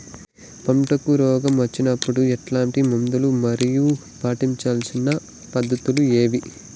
పంటకు రోగం వచ్చినప్పుడు ఎట్లాంటి మందులు మరియు పాటించాల్సిన పద్ధతులు ఏవి?